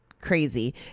crazy